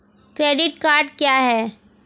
Credit card क्या है?